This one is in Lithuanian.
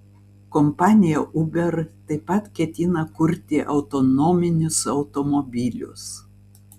kompanija uber taip pat ketina kurti autonominius automobilius